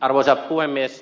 arvoisa puhemies